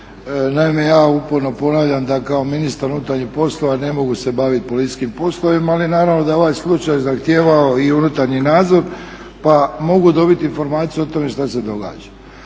naime ja uporno ponavljam da kao ministar unutarnjih poslova ne mogu se baviti policijskim poslovima, ali naravno da je ovaj slučaj zahtijevao i unutarnji nadzor. Pa mogu dobiti informaciju o tome šta se događa.